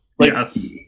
yes